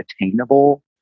attainable